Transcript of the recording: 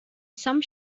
some